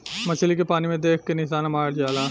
मछली के पानी में देख के निशाना मारल जाला